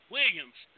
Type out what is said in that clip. Williams